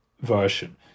version